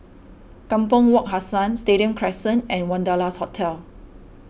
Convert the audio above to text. Kampong Wak Hassan Stadium Crescent and Wanderlust Hotel